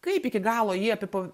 kaip iki galo jį apipa